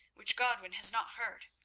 which godwin has not heard.